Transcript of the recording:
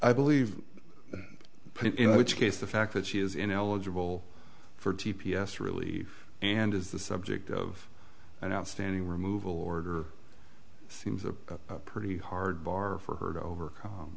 i believe in which case the fact that she is ineligible for t p s relief and is the subject of an outstanding removal order seems a pretty hard bar for her to overcome